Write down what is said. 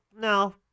no